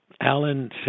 Alan